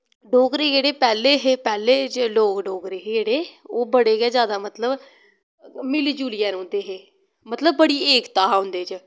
डोगरे जेह्ड़े पैह्ले हे पैह्ले जे लोग डोगरे हे जेह्ड़े ओह् बड़े गै जैदा मतलव मिली जुलियै रौंह्दे हे मतलव बड़ी एकता हा उंदे च